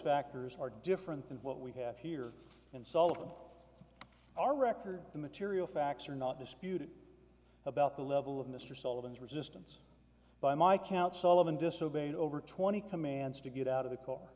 factors are different than what we have here and salt of our record the material facts are not disputed about the level of mr sullivan's resistance by my count sullivan disobeyed over twenty commands to get out of the car